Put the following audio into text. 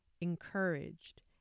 encouraged